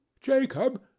Jacob